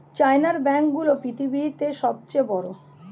চায়নার ব্যাঙ্ক গুলো পৃথিবীতে সব চেয়ে বড়